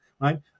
right